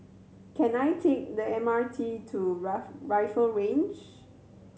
can I take the M R T to Ruff Rifle Range